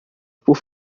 por